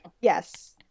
Yes